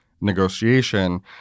negotiation